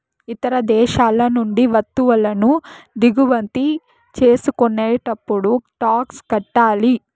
ఇతర దేశాల నుండి వత్తువులను దిగుమతి చేసుకునేటప్పుడు టాక్స్ కట్టాలి